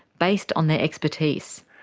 based on their expertise.